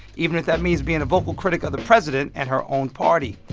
even if that means being a vocal critic of the president and her own party.